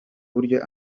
buryo